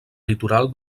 litoral